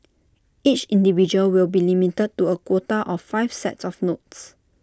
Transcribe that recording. each individual will be limited to A quota of five sets of notes